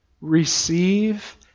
Receive